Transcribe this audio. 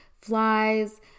Flies